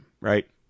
right